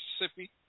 mississippi